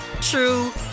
true